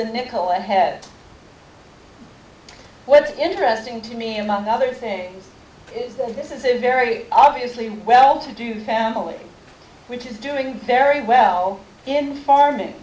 a nickel and head what's interesting to me among other things is that this is a very obviously well to do family which is doing very well in farming